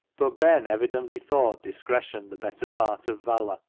but ben evidently thought discretion the better part of valour,